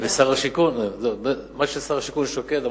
מה ששר השיכון שוקד עליו,